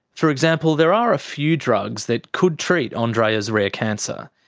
for example, there are a few drugs that could treat ah andreea's rare cancer.